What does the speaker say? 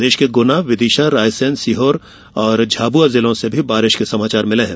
प्रदेश के गुना विदिशा रायसेन सीहोर और झाबुआ से भी बारिश के समाचार मिले हैं